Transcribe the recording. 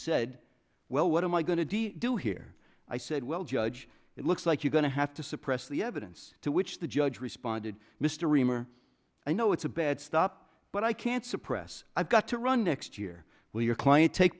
said well what am i going to do do here i said well judge it looks like you're going to have to suppress the evidence to which the judge responded mr rimmer i know it's a bad stop but i can't suppress i've got to run next year will your client take